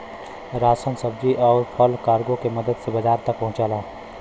ration सब्जी आउर फल कार्गो के मदद से बाजार तक पहुंचला